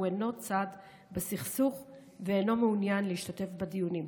אינו צד בסכסוך ואינו מעוניין להשתתף בדיונים.